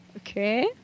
Okay